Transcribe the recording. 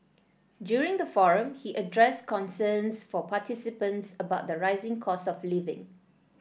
during the forum he addressed concerns from participants about the rising cost of living